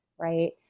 Right